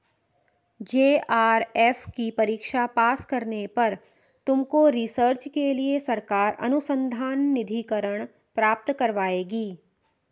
JRF की परीक्षा pass करने पर तुमको रिसर्च के लिए सरकार अनुसंधान निधिकरण प्राप्त करवाएगी